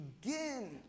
begin